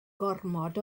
gormod